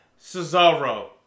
Cesaro